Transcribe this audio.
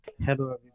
Hello